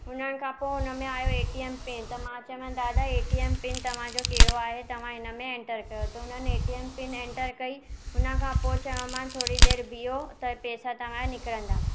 हुननि खां पोइ हुन में आहियो एटीएम पिन त मां चयो मां दादा एटीएम पिन तव्हांजो कहिड़ो आहे तव्हां हिन में एंटर कयो त हुननि एटीएम पिन एंटर कई हुन खां पोइ चयोमांसि थोरी देरि बीहो त पैसा तव्हांजा निकिरंदा